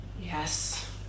Yes